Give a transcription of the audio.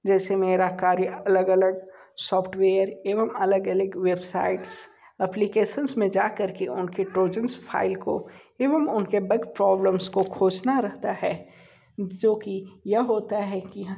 जैसे मेरा कार्य अलग अलग सॉफ्टवेयर एवं अलग अलग वेबसाइट्स एप्लीकेशंस में जाकर के उनके ट्रॉजन्स फाइल को एवं उनके बग प्रॉब्लम्स को खोजना रहता है जो कि यह होता है कि